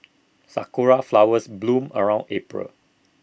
Sakura Flowers bloom around April